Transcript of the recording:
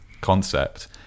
concept